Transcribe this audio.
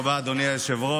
תודה רבה, אדוני היושב-ראש.